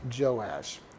Joash